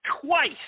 twice